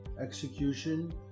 execution